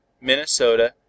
Minnesota